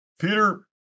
Peter